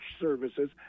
services